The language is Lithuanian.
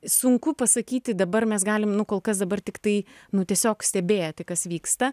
sunku pasakyti dabar mes galim nu kol kas dabar tiktai nu tiesiog stebėti kas vyksta